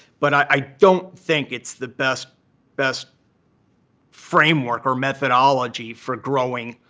but i don't think it's the best best framework or methodology for growing